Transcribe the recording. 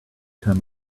turn